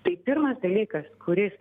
tai pirmas dalykas kuris